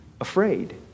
afraid